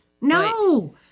No